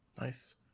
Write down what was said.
Nice